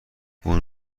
اون